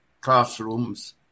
classrooms